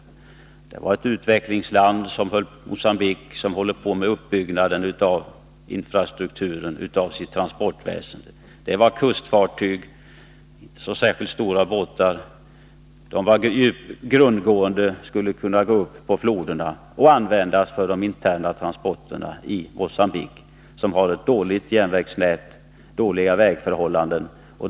Mogambique är ju ett utvecklingsland som håller på att bygga upp infrastrukturen av sitt transportväsende. Det gällde kustfartyg. Båtarna var inte så särskilt stora, de var grundgående och skulle kunna gå upp i floderna och användas för de interna transporterna i Mogambique, som har ett dåligt järnvägsnät och dåliga vägförhållanden.